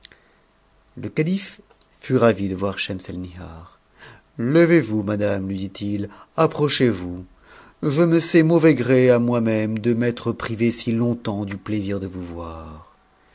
le calife lut ravi de voir schemselnihar levez-vous madame lui dit-il approchez-vous je me sais mauvais gré à moi-même de m'être privé si longtemps du plaisir de vous voir